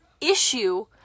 issue